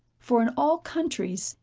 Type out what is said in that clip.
for in all countries,